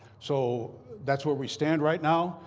so that's where we stand right now.